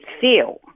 feel